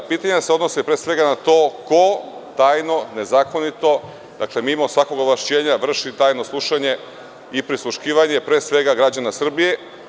Pitanja se odnose pre svega na to ko tajno i nezakonito, mimo svakog ovlašćenja, vrši tajno slušanje i prisluškivanje, pre svega građana Srbije?